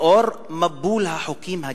לאור מבול החוקים הגזעניים,